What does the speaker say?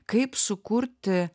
kaip sukurti